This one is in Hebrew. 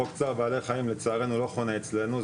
חוק צער בעלי חיים לצערנו לא חונה אצלנו,